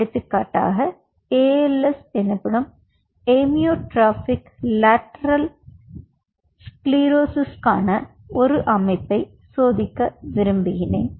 எடுத்துக்காட்டாக ALS amyotrophic lateral ஸ்க்லரோசிஸிற்கான ஒரு அமைப்பை சோதிக்க விரும்பினேன்